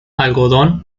algodón